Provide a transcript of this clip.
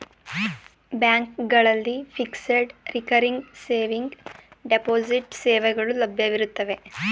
ಬ್ಯಾಂಕ್ಗಳಲ್ಲಿ fixed, recurring saving, deposit ಸೇವೆಗಳು ಲಭ್ಯವಿರುತ್ತವೆ